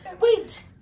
Wait